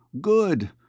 good